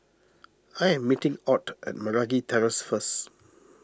I am meeting Ott at Meragi Terrace first